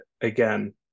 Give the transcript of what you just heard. again